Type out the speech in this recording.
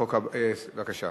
בבקשה.